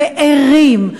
וערים,